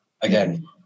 Again